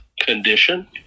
condition